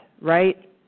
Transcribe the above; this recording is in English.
right